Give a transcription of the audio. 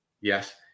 yes